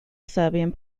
serbian